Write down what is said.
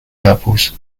couples